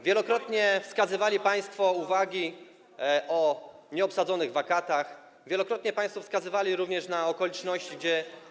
Wielokrotnie przedstawiali państwo uwagi o nieobsadzonych wakatach, wielokrotnie państwo wskazywali również na okoliczność, że.